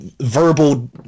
verbal